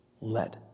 Let